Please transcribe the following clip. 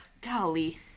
Golly